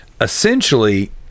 Essentially